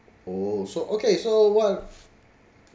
oo so okay so what